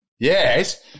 Yes